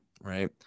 Right